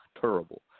Terrible